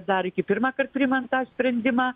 dar iki pirmąkart priimant tą sprendimą